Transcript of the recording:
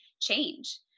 change